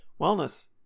wellness